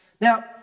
Now